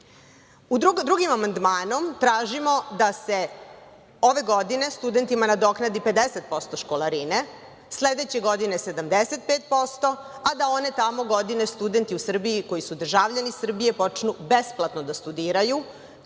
amandmanom tražimo da se ove godine studentima nadoknadi 50% školarine, sledeće godine 75%, a da one tamo godine, studenti u Srbiji koji su državljani Srbije počnu besplatno da studiraju,